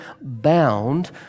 bound